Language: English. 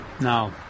Now